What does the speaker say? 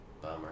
Bummer